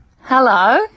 Hello